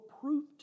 proof